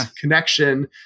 connection